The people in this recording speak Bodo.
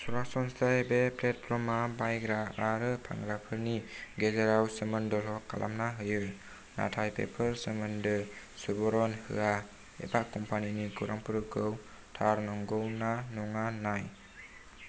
सरासनस्रायै बे प्लेटफर्मफ्रा बायग्रा आरो फानग्राफोरनि गेजेराव सोमोन्दोल' खालामना होयो नाथाय बेफार सोमोन्दो सुबुरुन होया एबा कम्पानिनि खौरांफोरखौ थार नोंगौ ना नङा नाय